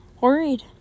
worried